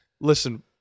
Listen